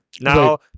Now